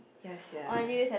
ya sia